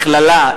הכללה,